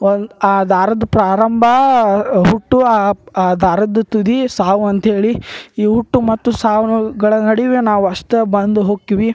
ಒಂದು ಆ ದಾರದ ಪ್ರಾರಂಭ ಹುಟ್ಟು ಆ ದಾರದ ತುದಿ ಸಾವು ಅಂತ್ಹೇಳಿ ಈ ಹುಟ್ಟು ಮತ್ತು ಸಾವು ನೋವುಗಳ ನಡುವೆ ನಾವು ಅಷ್ಟು ಬಂದು ಹೋಕ್ಕೀವಿ